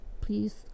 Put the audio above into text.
please